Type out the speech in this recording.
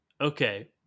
Okay